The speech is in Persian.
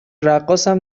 رقاصم